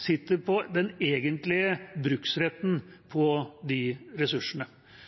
sitter på den egentlige bruksretten til de ressursene.